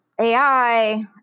AI